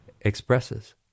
expresses